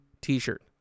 t-shirt